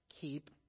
keep